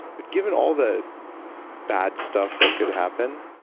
but, given all the bad stuff that could happen,